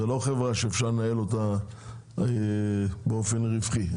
זאת לא חברה שאפשר לנהל אותה באופן רווחי.